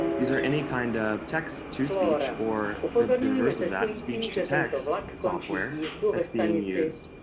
is there any kind of text-to-speech, or the the reverse of that, speech-to-text software that's being used?